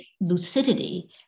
lucidity